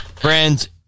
friends